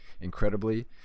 incredibly